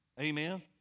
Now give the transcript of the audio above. Amen